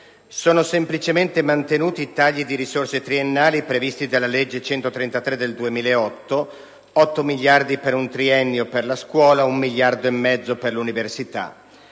Sono semplicemente mantenuti i tagli di risorse triennali previsti dalla legge n. 133 del 2008, 8 miliardi per un triennio per la scuola, un miliardo e mezzo per l'università.